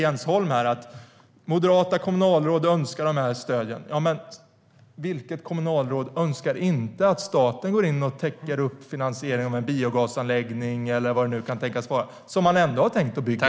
Jens Holm säger att moderata kommunalråd önskar de här stöden. Vilket kommunalråd önskar inte att staten går in och täcker upp finansieringen av en biogasanläggning eller vad det kan tänkas vara som man ändå har tänkt bygga?